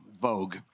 vogue